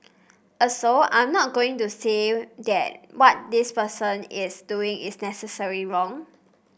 also I'm not going to say that what this person is doing is necessary wrong